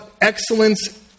excellence